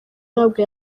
ntabwo